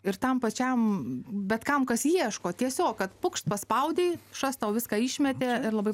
ir tam pačiam bet kam kas ieško tiesiog kad pukšt paspaudei šas tau viską išmetė ir labai